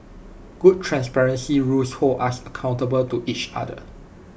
good transparency rules hold us accountable to each other